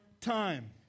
time